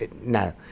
no